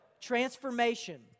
transformation